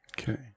Okay